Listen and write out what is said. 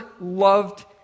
loved